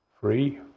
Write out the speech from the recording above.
Free